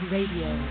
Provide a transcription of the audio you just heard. Radio